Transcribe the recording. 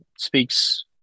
Speaks